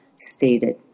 stated